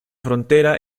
frontera